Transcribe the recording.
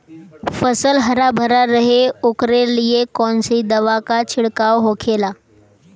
फसल हरा भरा रहे वोकरे लिए कौन सी दवा का छिड़काव होखेला?